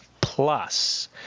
Plus